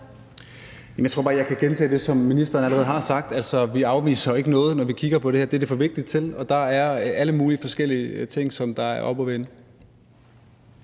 Jeg tror bare, jeg kan gentage det, som ministeren allerede har sagt, altså at vi jo ikke afviser noget, når vi kigger på det her. Det er det for vigtigt til, og der er alle mulige forskellige ting, som er oppe at vende.